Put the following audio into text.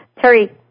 Terry